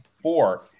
four